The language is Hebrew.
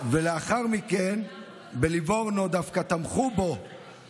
לאחר מכן בליבורנו דווקא תמכו בו